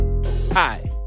Hi